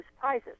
prizes